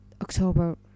October